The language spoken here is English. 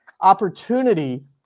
opportunity